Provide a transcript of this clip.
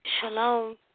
Shalom